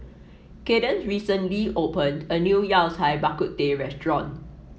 Cadence recently opened a new Yao Cai Bak Kut Teh restaurant